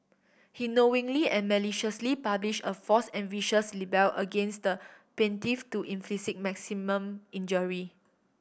he knowingly and maliciously published a false and vicious libel against the plaintiff to inflict maximum injury